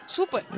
Super